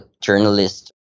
journalist